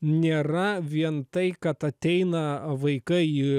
nėra vien tai kad ateina vaikai į